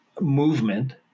movement